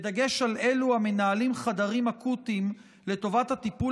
בדגש על אלו המנהלים חדרים אקוטיים לטיפול